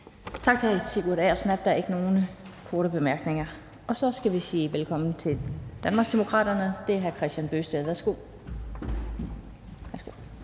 Tak til hr.